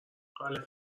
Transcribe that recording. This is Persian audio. غلط